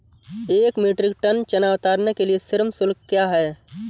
एक metric tonne चना उतारने के लिए श्रम शुल्क क्या है?